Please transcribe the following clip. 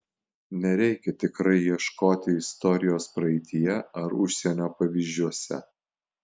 nereikia tikrai ieškoti istorijos praeityje ar užsienio pavyzdžiuose